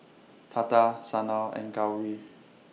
Tata Sanal and Gauri